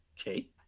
Okay